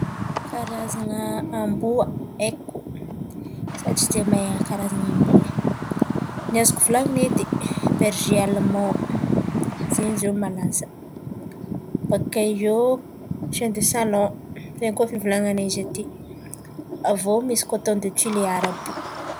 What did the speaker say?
Karazan̈a amboa haiko, izaho tsy dia mahay karazan̈a amboa e. Ny azoko volan̈ina edy: berze alman, zain̈y izy iô ny malaza, bôkà eo shien de salon zain̈y kôa fivolan̈ana izy aty, avy iô misy kôton de tioleara àby io.